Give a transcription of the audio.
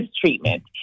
treatment